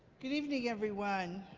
good evening, everyone.